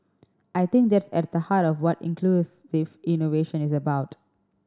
I think that's at the heart of what inclusive innovation is about